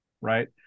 right